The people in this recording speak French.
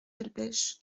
delpech